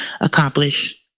accomplish